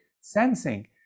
sensing